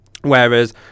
whereas